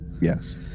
Yes